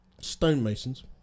stonemasons